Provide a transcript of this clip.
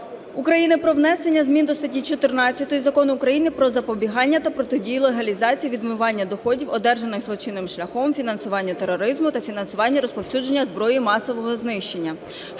України про внесення змін до статті 14 Закону України "Про запобігання та протидію легалізації (відмиванню) доходів, одержаних злочинним шляхом, фінансуванню тероризму та фінансуванню розповсюдження зброї масового знищення"